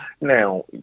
Now